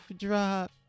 drop